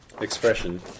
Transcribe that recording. expression